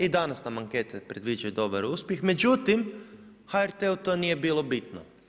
I danas nam ankete predviđaju dobar uspjeh, međutim HRT-u to nije bilo bitno.